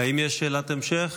האם יש שאלת המשך?